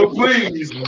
please